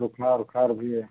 बुख़ार उखार भी है